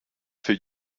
für